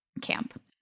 camp